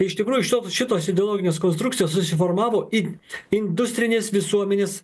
o iš tikrųjų šitoks šitos ideologinės konstrukcijos susiformavo į industrinės visuomenės